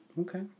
Okay